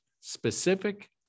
Specific